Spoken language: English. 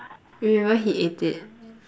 remember he ate it